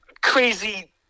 crazy